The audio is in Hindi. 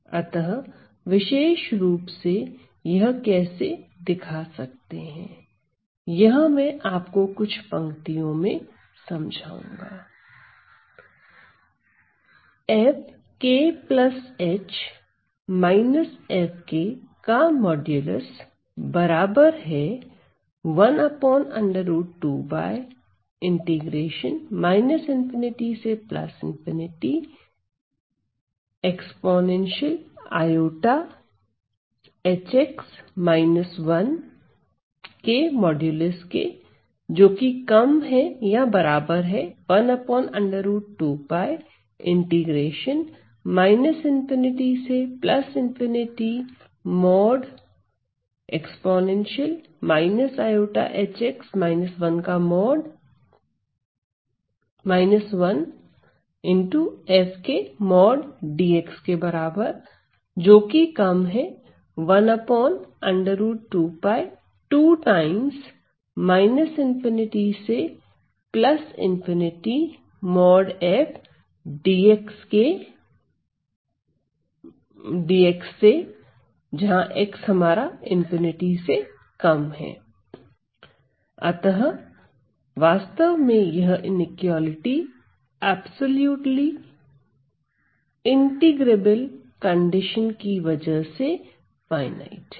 अतः विशेष रुप से यह कैसे दिखा सकते हैं यह मैं आपको कुछ पंक्तियों में समझाऊंगा अतः वास्तव में यह इनइक्वालिटी ऐप्सोल्युटली इंटीग्रेबल कंडीशन की वजह से फायनाईट है